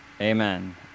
Amen